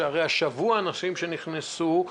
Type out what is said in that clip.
שהרי אנשים שנכנסו השבוע,